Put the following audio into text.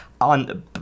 on